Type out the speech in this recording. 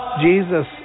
Jesus